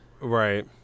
Right